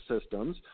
systems